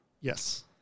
Yes